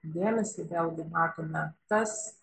dėmesį vėlgi matome tas